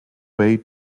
way